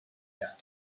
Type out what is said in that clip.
faire